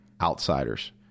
outsiders